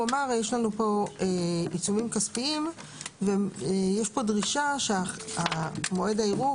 נאמר שיש עיצומים כספיים ויש דרישה שמועד הערעור